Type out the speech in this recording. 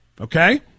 Okay